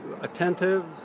attentive